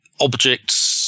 objects